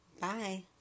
bye